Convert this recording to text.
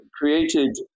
created